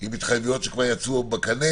עם התחייבויות שכבר יצאו בקנה.